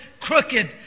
crooked